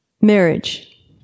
marriage